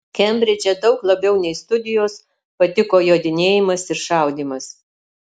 kembridže daug labiau nei studijos patiko jodinėjimas ir šaudymas